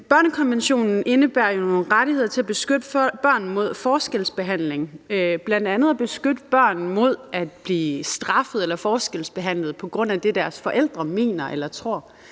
Børnekonventionen indebærer nogle rettigheder til at beskytte børn mod forskelsbehandling, bl.a. at beskytte børn mod at blive straffet eller forskelsbehandlet på grund af det, deres forældre mener eller tror.